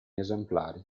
esemplari